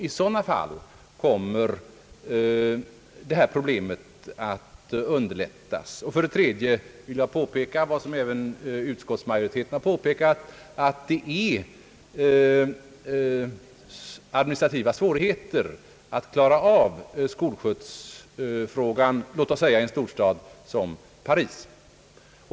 I dessa fall kommer det aktuella problemet att underlättas. För det tredje vill jag framhålla — vilket även utskottsmajoriteten har på pekat — att de administrativa svårigheterna blir markanta när det gäller att klara av skolskjutsfrågan i en stad som Paris.